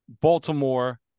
Baltimore